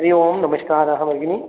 हरि ओं नमस्कारः भगिनी